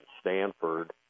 Stanford